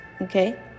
okay